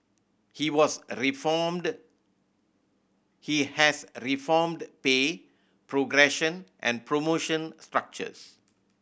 he was reformed he has reformed pay progression and promotion structures